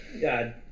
God